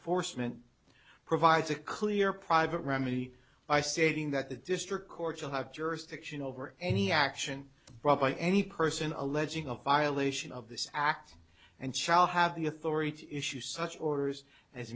force mint provides a clear private remedy by stating that the district courts will have jurisdiction over any action brought by any person alleging a violation of this act and shall have the authority to issue such orders as